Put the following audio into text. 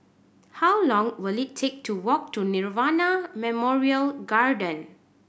how long will it take to walk to Nirvana Memorial Garden